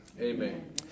Amen